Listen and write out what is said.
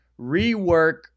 rework